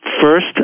First